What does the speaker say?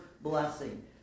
blessing